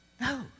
No